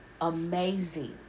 amazing